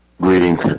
Greetings